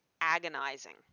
agonizing